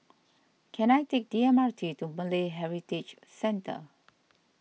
can I take the M R T to Malay Heritage Centre